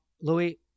Louis